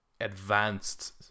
advanced